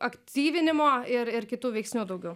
aktyvinimo ir ir kitų veiksnių daugiau